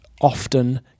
Often